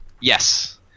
Yes